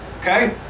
okay